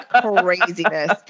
craziness